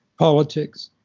politics,